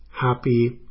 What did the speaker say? happy